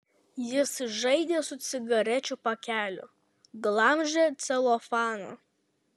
jis žaidė su cigarečių pakeliu glamžė celofaną